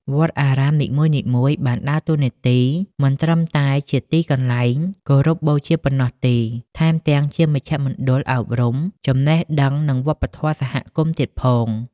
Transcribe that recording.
វត្តអារាមនីមួយៗបានដើរតួនាទី មិនត្រឹមតែជាទីកន្លែងគោរពបូជាប៉ុណ្ណោះទេ ថែមទាំងជាមជ្ឈមណ្ឌលអប់រំ ចំណេះដឹង និងវប្បធម៌សហគមន៍ទៀតផង។